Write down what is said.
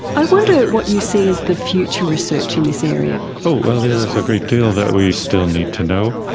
i wonder what you see is the future research in this area? well, there's a great deal that we still need to know.